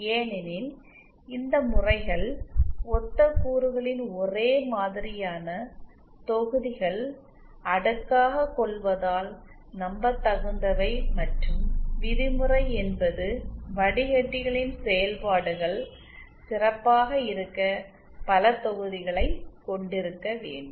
ஏனெனில் இந்த முறைகள் ஒத்த கூறுகளின் ஒரே மாதிரியான தொகுதிகள் அடுக்காக கொள்வதால் நம்ப தகுந்தவை மற்றும் விதிமுறை என்பது வடிகட்டிகளின் செயல்பாடுகள் சிறப்பாக இருக்க பல தொகுதிகளை கொண்டிருக்க வேண்டும்